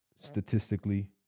statistically